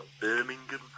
Birmingham